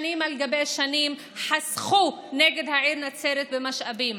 שנים על שנים חסכו לגבי העיר נצרת במשאבים